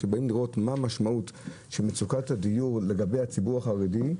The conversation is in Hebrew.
כשבאים לראות מה המשמעות של מצוקת הדיור לגבי הציבור החרדי,